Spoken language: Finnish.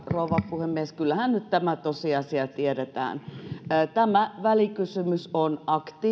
puhemies kyllähän nyt tämä tosiasia tiedetään tämä välikysymys on